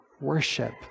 worship